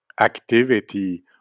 activity